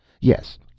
Yes